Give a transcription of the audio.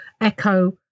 echo